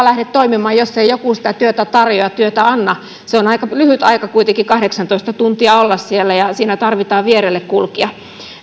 lähde toimimaan jos ei joku sitä työtä tarjoa ja työtä anna se on aika lyhyt aika kuitenkin kahdeksantoista tuntia olla siellä ja siinä tarvitaan vierelläkulkija